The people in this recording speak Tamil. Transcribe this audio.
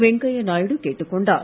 வெங்கய்ய நாயுடு கேட்டுக் கொண்டார்